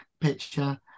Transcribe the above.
picture